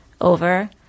over